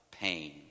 pain